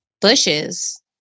bushes